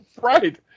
Right